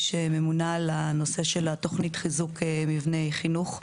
שממונה על הנושא של תוכנית חיזוק מבני חינוך.